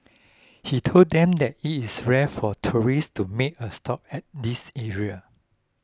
he told them that it is rare for tourists to make a stop at this area